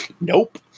nope